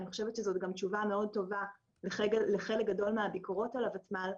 ואני חושבת שזאת גם תשובה מאוד טובה לחלק גדול מהביקורות על הוותמ"ל,